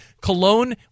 cologne